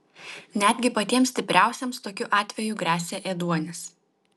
netgi patiems stipriausiems tokiu atveju gresia ėduonis